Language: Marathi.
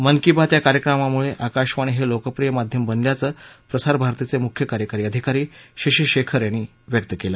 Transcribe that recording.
मन की बात या कार्यक्रमामुळे आकाशवाणी हे लोकप्रिय माध्यम बनल्याचं प्रसारभारतीचे मुख्य कार्यकारी अधिकारी शशी शेखर यांनी मत व्यक्त केलं